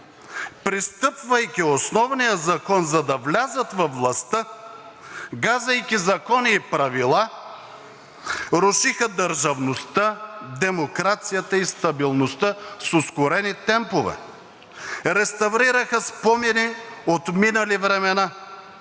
пристъпвайки Основния закон, за да влязат във властта, газейки закони и правила, рушиха държавността, демокрацията и стабилността с ускорени темпове, реставрираха спомени от минали времена.